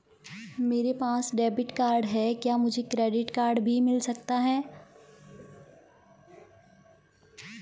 मेरे पास debit card है क्या मुझे क्रेडिट कार्ड भी मिल सकता है?